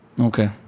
Okay